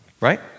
right